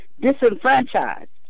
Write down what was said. disenfranchised